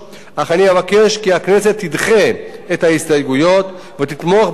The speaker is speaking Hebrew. אך אני אבקש כי הכנסת תדחה את ההסתייגויות ותתמוך בהצעת